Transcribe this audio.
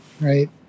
right